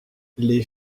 les